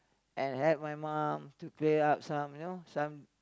and help my mum to play up some you know some